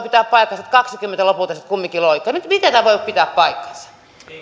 pitää paikkansa että kahdeltakymmeneltä lopulta sitten kumminkin loikkasi miten tämä voi pitää paikkansa